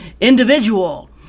individual